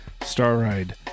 Starride